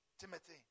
Timothy